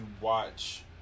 watch